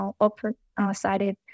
open-sided